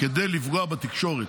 כדי לפגוע בתקשורת,